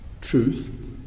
truth